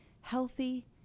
healthy